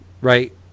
right